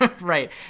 right